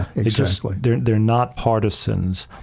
it's just like they're they're not partisans.